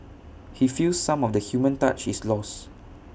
he feels some of the human touch is lost